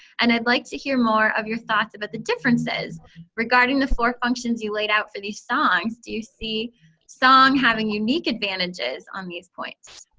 and i'd like to hear more of your thoughts about the differences regarding the four functions you laid out for these songs. do you see song having unique advantages on these points?